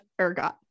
ergot